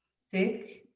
thick,